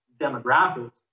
demographics